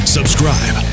Subscribe